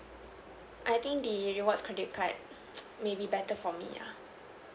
I think the rewards credit card maybe better for me uh